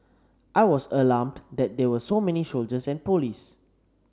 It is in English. I was alarmed that there were so many soldiers and police